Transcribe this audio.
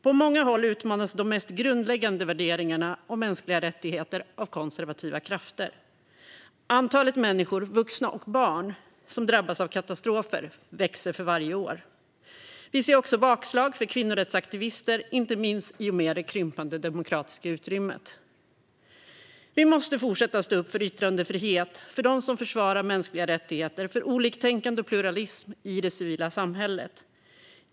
På många håll utmanas de mest grundläggande värderingarna och mänskliga rättigheter av konservativa krafter. Antalet människor, vuxna och barn, som drabbas av katastrofer växer för varje år. Vi ser också bakslag för kvinnorättsaktivister, inte minst i och med det krympande demokratiska utrymmet. Vi måste fortsätta att stå upp för yttrandefrihet, för dem som försvarar mänskliga rättigheter, för oliktänkande och för pluralism i det civila samhället.